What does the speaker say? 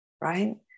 right